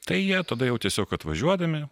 tai jie tada jau tiesiog atvažiuodami